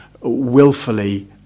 willfully